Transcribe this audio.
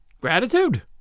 Gratitude